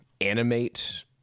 animate